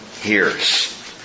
hears